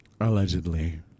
Allegedly